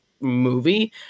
movie